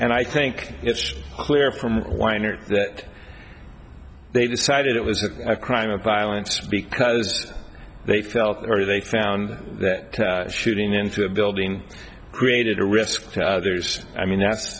and i think it's clear from weiner that they decided it was a crime of violence because they felt or they found that shooting into a building created a risk to others i mean that's